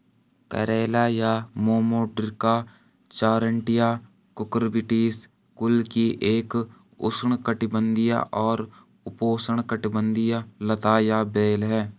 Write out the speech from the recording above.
करेला या Momordica charantia Cucurbitaceae कुल की एक उष्णकटिबंधीय और उपोष्णकटिबंधीय लता या बेल है